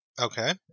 Okay